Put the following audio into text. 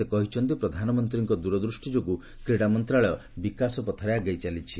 ସେ କହିଛନ୍ତି ପ୍ରଧାନମନ୍ତ୍ରୀଙ୍କ ଦୂରଦୃଷ୍ଟିଯୋଗୁଁ କ୍ରୀଡ଼ା ମନ୍ତ୍ରଣାଳୟ ବିକାଶ ପଥରେ ଆଗେଇ ଚାଲିଛି